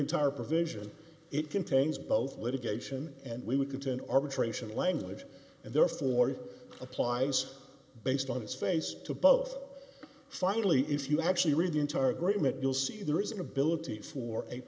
entire provision it contains both litigation and we would contend arbitration language and therefore applies based on its face to both finally if you actually read the entire agreement you'll see there is an ability for a